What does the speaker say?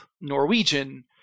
Norwegian